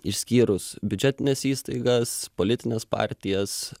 išskyrus biudžetines įstaigas politines partijas